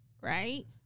Right